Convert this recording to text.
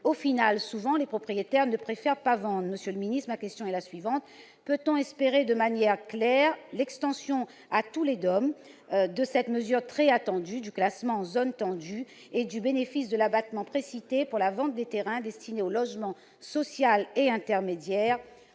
Au final, il préfère souvent ne pas vendre. Monsieur le ministre, ma question est la suivante : peut-on espérer de manière claire l'extension à tous les DOM et à La Réunion de la mesure très attendue du classement en zone tendue et du bénéfice de l'abattement précité pour la vente des terrains destinés au logement social et au